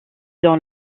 dans